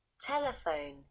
telephone